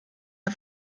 der